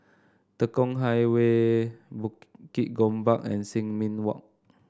Tekong Highway Bukit Gombak and Sin Ming Walk